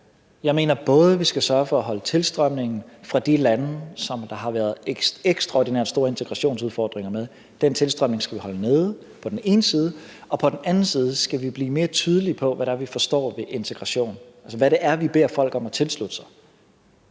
den ene side skal sørge for at holde tilstrømningen fra de lande, som der har været ekstraordinært store integrationsudfordringer med, nede, og på den anden side skal vi blive mere tydelige på, hvad det er, vi forstår ved integration – altså hvad det er, vi beder folk om at tilslutte sig.